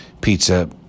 pizza